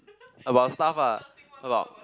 about stuff lah about